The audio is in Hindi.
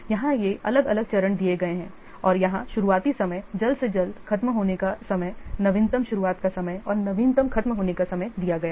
यहां ये अलग अलग चरण दिए गए हैं और यहां शुरुआती समय जल्द से जल्द खत्म होने का समय नवीनतम शुरुआत का समय और नवीनतम खत्म होने का समय दिया गया है